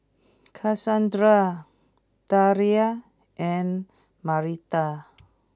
Cassondra Delia and Marita